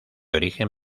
origen